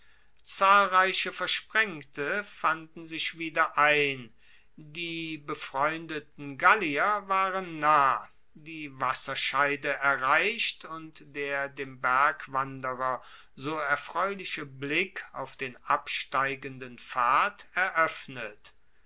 zahlreiche versprengte fanden sich wieder ein die befreundeten gallier waren nah die wasserscheide erreicht und der dem bergwanderer so erfreuliche blick auf den absteigenden pfad eroeffnet